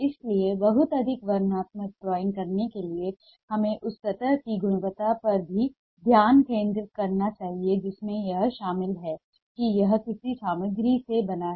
इसलिए बहुत अधिक वर्णनात्मक ड्राइंग करने के लिए हमें उस सतह की गुणवत्ता पर भी ध्यान केंद्रित करना चाहिए जिसमें यह शामिल है कि यह किस सामग्री से बना है